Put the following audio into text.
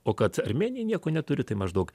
o kad armėnija nieko neturi tai maždaug